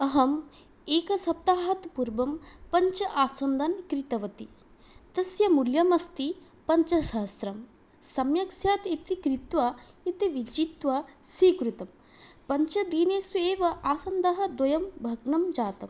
अहम् एकसप्ताहात् पूर्वं पञ्च आसन्दन् क्रीतवती तस्य मूल्यमस्ति पञ्चसहस्रम् सम्यक् स्यात् इति कृत्वा इति विचित्वा स्वीकृतं पञ्चदिनेषु एव आसन्दः द्वयं भग्नं जातम्